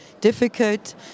difficult